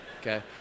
okay